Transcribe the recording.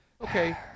okay